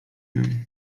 nie